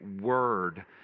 word